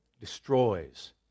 destroys